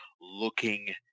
looking